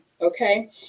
Okay